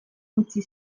utzi